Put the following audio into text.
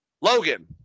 Logan